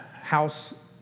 house